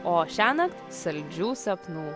o šiąnakt saldžių sapnų